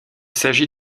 s’agit